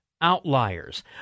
Outliers